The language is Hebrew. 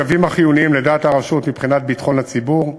קווים החיוניים לדעת הרשות מבחינת ביטחון הציבור,